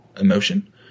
emotion